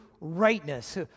rightness